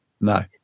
No